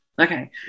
Okay